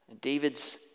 David's